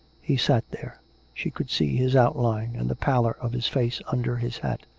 he sat there she could see his outline and the pallor of his face under his hat,